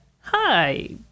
hi